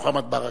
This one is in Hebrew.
מוחמד ברכה.